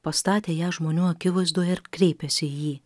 pastatė ją žmonių akivaizdoje ir kreipėsi į jį